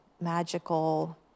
magical